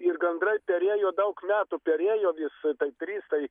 ir gandrai perėjo daug metų perėjo vis tai tris tai